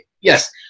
Yes